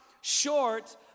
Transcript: short